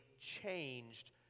changed